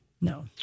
No